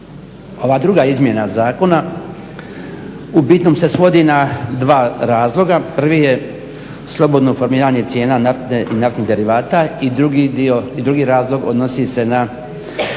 Ova druga izmjena zakona u bitnom se svodi na dva razloga. Prvi je slobodno formiranje cijena nafte i naftnih derivata i drugi razlog odnosi se na